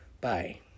Bye